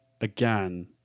again